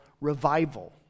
revival